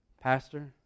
Pastor